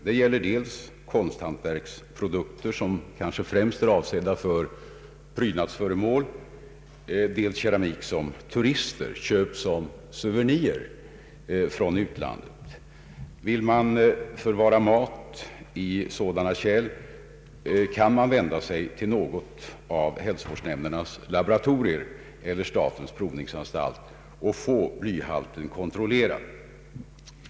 Det gäller dels konsthantverksprodukter som kanske främst är avsedda att vara prydnadsföremål, dels keramik som turister köper såsom sou venirer från utlandet. Vill man förvara mat i sådana kärl kan man vända sig till något av hälsovårdsnämndernas laboratorier eller till statens provningsanstalt och få blyhalten kontrollerad.